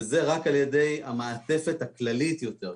וזה רק על ידי המעטפת הכללית יותר,